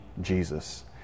Jesus